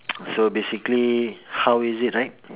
so basically how is it like